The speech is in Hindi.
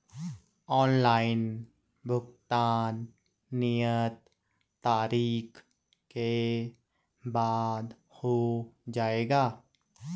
ऑनलाइन भुगतान नियत तारीख के बाद हो जाएगा?